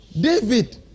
David